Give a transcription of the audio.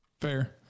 Fair